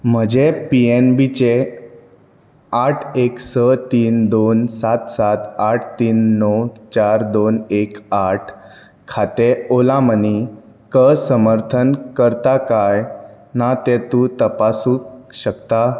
म्हजें पीएनबी चें आठ एक स तीन दोन सात सात आठ तीन णव चार दोन एक आठ खातें ओला मनीक समर्थन करता कांय ना तें तूं तपासूंक शकता